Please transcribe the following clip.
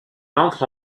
entre